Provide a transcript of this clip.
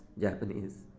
Japanese